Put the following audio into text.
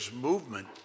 movement